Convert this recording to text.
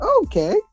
Okay